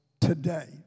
today